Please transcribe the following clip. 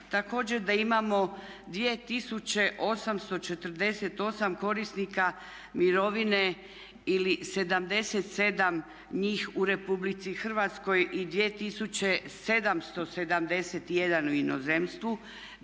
također da imamo 2848 korisnika mirovine ili 77 njih u Republici Hrvatskoj i 2771 u inozemstvu